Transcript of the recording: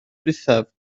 ddiwethaf